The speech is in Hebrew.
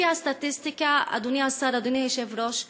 לפי הסטטיסטיקה, אדוני השר, אדוני היושב-ראש,